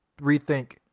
rethink